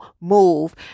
move